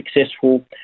successful